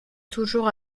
toujours